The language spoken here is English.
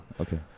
okay